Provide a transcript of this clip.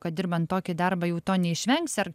kad dirbant tokį darbą jau to neišvengsi ar